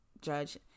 judge